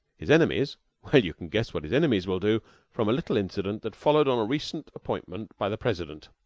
his enemies well, you can guess what his enemies will do from a little incident that followed on a recent appointment by the president.